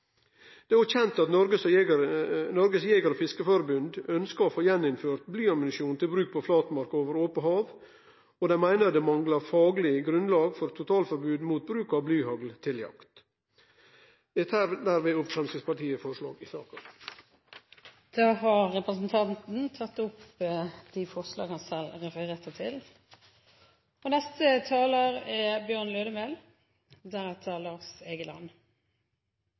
Det er òg kjent at Norges Jeger- og Fiskerforbund ønskjer å få innført på nytt blyammunisjon til bruk på flatmark og over ope hav, og at dei meiner det manglar fagleg grunnlag for totalforbod mot bruk av blyhagl til jakt. Eg tek med dette opp Framstegspartiets forslag i saka og det forslaget vi står saman med andre om. Representanten Oskar J. Grimstad har tatt opp de forslagene han refererte til.